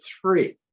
three